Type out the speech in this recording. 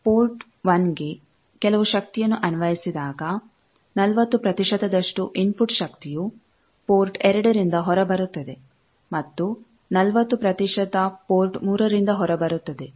port one ಗೆ ಕೆಲವು ಶಕ್ತಿಯನ್ನು ಅನ್ವಯಿಸಿದಾಗ 40 ಪ್ರತಿಶತದಷ್ಟು ಇನ್ಫುಟ್ ಶಕ್ತಿಯು ಪೋರ್ಟ್ 2 ರಿಂದ ಹೊರಬರುತ್ತದೆ ಮತ್ತು 40 ಪ್ರತಿಶತ ಪೋರ್ಟ್ 3 ರಿಂದ ಹೊರಬರುತ್ತದೆ